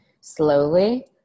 slowly